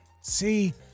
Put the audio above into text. See